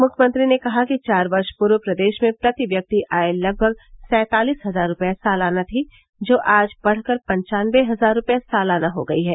मुख्यमंत्री ने कहा कि चार वर्ष पूर्व प्रदेश में प्रति व्यक्ति आय लगभग सैंतालीस हजार रूपये सालाना थी जो आज बढ़कर पंचानबे हजार रूपये सालाना हो गयी है